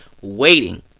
waiting